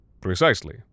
precisely